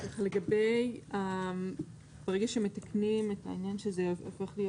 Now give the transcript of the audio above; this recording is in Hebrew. ברגע שמתקנים את העניין שזה הופך להיות